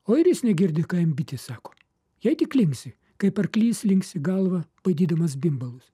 o ir jis negirdi ką jam bitės sako jai tik linksi kaip arklys linksi galvą baidydamas bimbalus